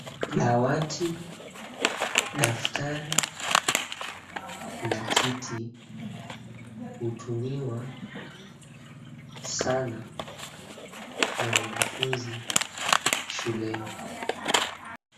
Dawati, daftari, na kiti hutumiwa sana na mwanafunzi shuleni.